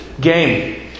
game